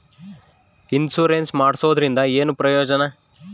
Insurance ಮಾಡ್ಸೋದರಿಂದ ಏನು ಪ್ರಯೋಜನ?